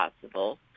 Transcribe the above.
possible